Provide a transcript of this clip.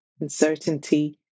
uncertainty